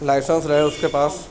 licence رہے اس کے پاس